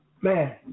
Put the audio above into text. Man